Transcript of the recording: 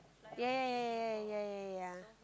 ya ya ya ya ya ya